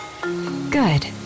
Good